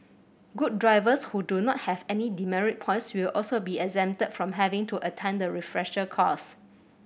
good drivers who do not have any demerit points will also be exempted from having to attend the refresher course